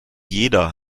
jeder